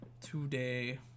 today